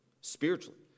spiritually